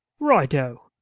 right o!